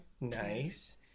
Nice